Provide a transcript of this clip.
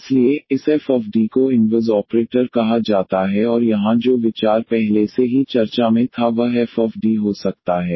इसलिए इस fD को इनवर्स ऑपरेटर कहा जाता है और यहाँ जो विचार पहले से ही चर्चा में था वह fD हो सकता है